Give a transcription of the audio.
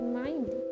mind